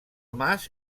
mas